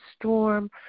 storm